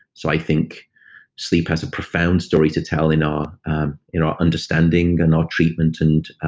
so i think sleep has a profound story to tell in um in our understanding and our treatment and,